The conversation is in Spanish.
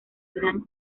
gran